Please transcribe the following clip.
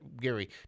Gary